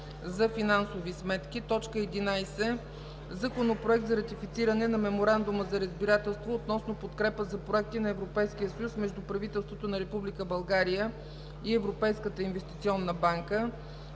за финансови сметки. 11. Законопроект за ратифициране на Меморандума за разбирателство относно подкрепа за проекти на Европейския съюз между правителството на Република България и Европейската инвестиционна банка.